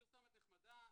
פרסומת נחמדה,